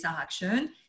action